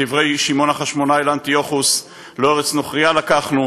דברי שמעון החשמונאי לאנטיוכוס: לא ארץ נוכרייה לקחנו